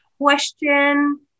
question